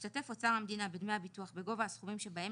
ישתתף אוצר המדינה בדמי הביטוח בגובה הסכומים שבהם